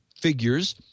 figures